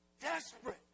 Desperate